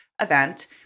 event